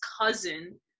cousin